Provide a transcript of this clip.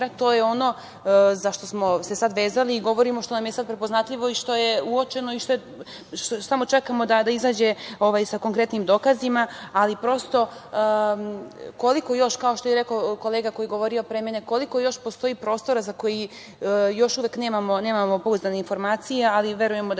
To je ono za šta smo se sad vezali i govorimo što nam je sad prepoznatljivo, što je uočeno i samo čekamo da izađe sa konkretnim dokazima. Ali, kao što reče kolega koji je govorio pre mene, koliko još postoji prostora za koji još uvek nemamo pouzdane informacije, ali verujemo da